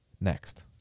Next